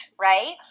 right